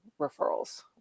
referrals